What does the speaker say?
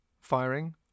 firing